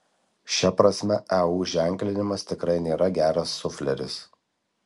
šia prasme eu ženklinimas tikrai nėra geras sufleris